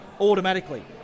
automatically